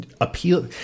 appeal